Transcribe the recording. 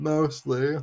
Mostly